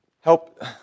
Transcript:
help